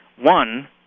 One